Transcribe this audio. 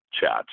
chats